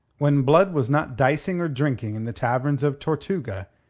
when blood was not dicing or drinking in the taverns of tortuga,